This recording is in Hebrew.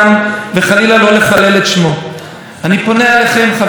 הבה כולנו נדע להתווכח.